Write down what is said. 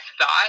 thought